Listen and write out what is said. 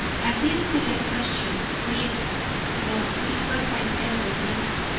at this direct question, breathed though it was by tender lips,